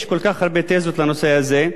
יש כל כך הרבה תזות לנושא הזה,